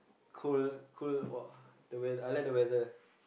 cold cold !wah! the weather I like the weather